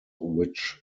which